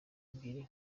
ebyiri